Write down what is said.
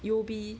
U_O_B